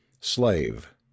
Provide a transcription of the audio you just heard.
Slave